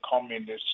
communists